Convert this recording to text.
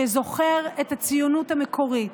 שזוכר את הציונות המקורית,